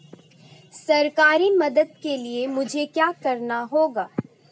सरकारी मदद के लिए मुझे क्या करना होगा?